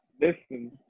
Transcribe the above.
Listen